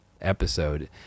episode